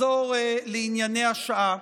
אחזור לענייני השעה.